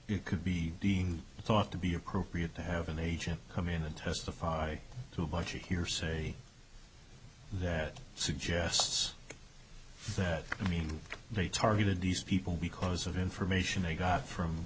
you could be being thought to be appropriate to have an agent come in and testify to a bunch of hearsay that suggests that i mean they targeted these people because of information they got from